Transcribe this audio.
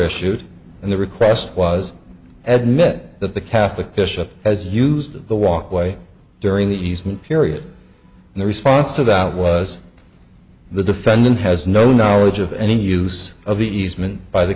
issued and the request was ed met that the catholic bishop has used the walkway during the easement period and the response to that was the defendant has no knowledge of any use of the